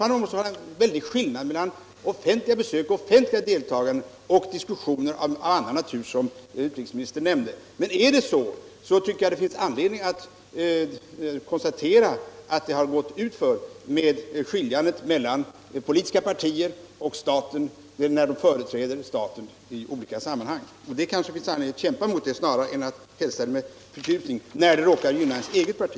Det måste vara en skillnad mellan offentliga besök och diskussioner av annan natur som utrikesministern nämnde. Men är det så, tycker jag att det finns anledning att konstatera att det går utför med skiljandet mellan politiska partier och staten när gäster besöker ett främmande land. Det finns anledning att kämpa mot det snarare än att hälsa det med förtjusning, när det råkar gynna ens eget parti.